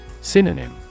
Synonym